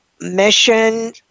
mission